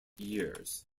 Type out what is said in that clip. years